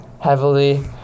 heavily